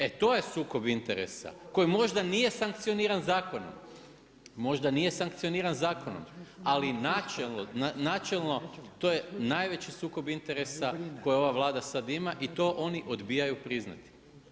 E to je sukob interesa koji možda nije sankcioniran zakonom, možda nije sankcioniran zakonom ali načelno to je najveći sukob interesa koji ova Vlada sad ima i to oni odbijaju priznati.